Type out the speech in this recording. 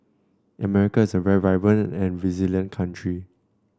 America is a very vibrant and resilient country